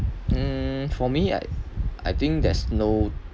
hmm for me I I think there's no